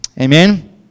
Amen